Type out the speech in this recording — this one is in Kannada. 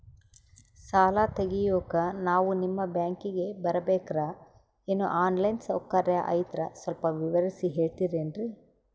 ಸಾಲ ತೆಗಿಯೋಕಾ ನಾವು ನಿಮ್ಮ ಬ್ಯಾಂಕಿಗೆ ಬರಬೇಕ್ರ ಏನು ಆನ್ ಲೈನ್ ಸೌಕರ್ಯ ಐತ್ರ ಸ್ವಲ್ಪ ವಿವರಿಸಿ ಹೇಳ್ತಿರೆನ್ರಿ?